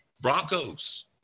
Broncos